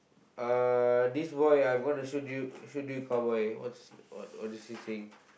uh this boy I'm going to shoot you shoot you cowboy what's what what is he saying